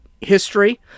history